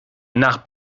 nach